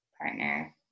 partner